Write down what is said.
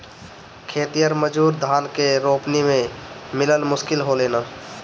खेतिहर मजूर धान के रोपनी में मिलल मुश्किल होलन